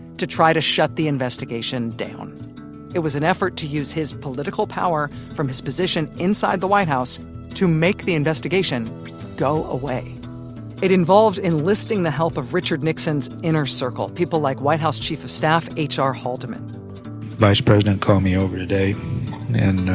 to try to shut the investigation down it was an effort to use his political power from his position inside the white house to make the investigation go away it involved enlisting the help of richard nixon's inner circle, people like white house chief of staff ah hr haldeman. the vice president called me over today and